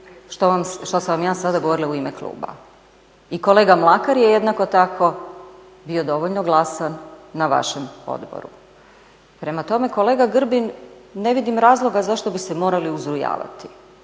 što sam vam ja sada govorila u ime kluba. I kolega Mlakar je jednako tako bio dovoljno glasan na vašem odboru. Prema tome, kolega Grbin ne vidim razloga zašto bi se morali uzrujavati.